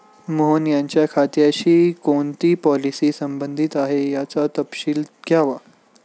मोहन यांच्या खात्याशी कोणती पॉलिसी संबंधित आहे, याचा तपशील द्यावा